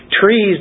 Trees